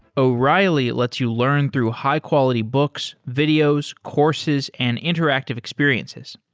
o'reilly lets you learn through high-quality books, videos, courses and interactive experiences.